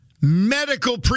medical